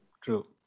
True